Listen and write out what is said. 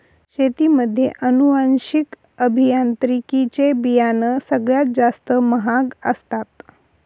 शेतीमध्ये अनुवांशिक अभियांत्रिकी चे बियाणं सगळ्यात जास्त महाग असतात